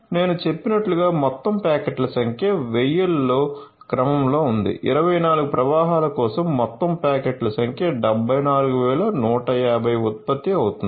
నేను చెప్పినట్లుగా మొత్తం ప్యాకెట్ల సంఖ్య 1000 ల క్రమంలో ఉంది 24 ప్రవాహాల కోసం మొత్తం ప్యాకెట్ల సంఖ్య 74150 ఉత్పత్తి అవుతుంది